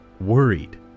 worried